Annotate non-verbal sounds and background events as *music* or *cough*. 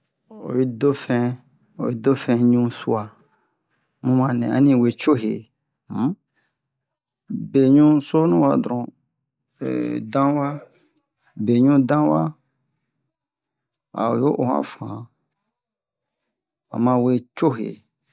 oyi do fɛ oyi do fɛ ɲu suwa mu manɛ ani we cohe um be ɲu sonuwa dɔron *hesitation* dan wa be ɲu dan wa a o yo o han fan han ma we cohe